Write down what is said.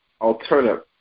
alternative